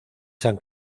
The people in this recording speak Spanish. san